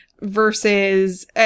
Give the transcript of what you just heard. versus